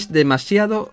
demasiado